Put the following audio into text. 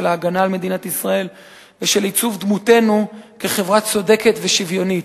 של ההגנה על מדינת ישראל ושל עיצוב דמותנו כחברה צודקת ושוויונית.